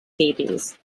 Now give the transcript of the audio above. thebes